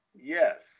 yes